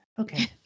Okay